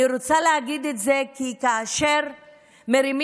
אני רוצה להגיד את זה כי כאשר מרימים